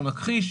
לא נכחיש,